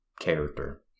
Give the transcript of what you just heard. character